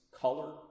color